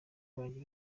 banjye